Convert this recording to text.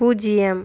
பூஜ்ஜியம்